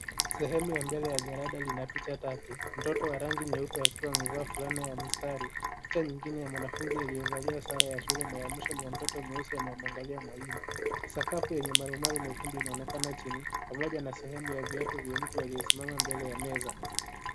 Sehemu ya mbele ya jalada lina picha tatu mtoto wa rangi nyeupe akiwa amevaa fulana ya mistari. Picha nyingine ya mwanafunzi alie valia sare ya shule na ya mwisho ni ya mtoto mweusi anaye mwangalia mwalimu sakafu yenye marumaru mekundu inaonekana chini pamoja na sehemu ya viatu vya mtu aliesimama mbele ya meza.